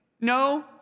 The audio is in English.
No